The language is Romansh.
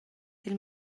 dil